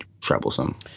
troublesome